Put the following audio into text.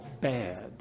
bad